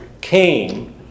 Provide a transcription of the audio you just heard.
came